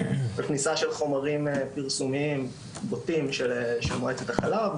בכניסה של חומרים פרסומיים בוטים של מועצת החלב,